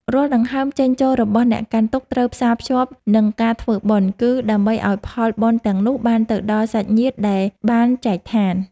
រាល់ដង្ហើមចេញចូលរបស់អ្នកកាន់ទុក្ខត្រូវផ្សារភ្ជាប់នឹងការធ្វើបុណ្យ គឺ ដើម្បីឱ្យផលបុណ្យទាំងនោះបានទៅដល់សាច់ញាតិដែលបានចែកឋាន។